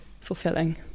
fulfilling